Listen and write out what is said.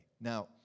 Now